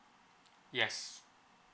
yes